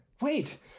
Wait